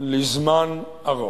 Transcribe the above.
לזמן ארוך.